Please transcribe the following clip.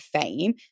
fame